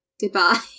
Goodbye